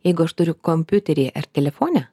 jeigu aš turiu kompiuteryje ar telefone